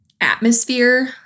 atmosphere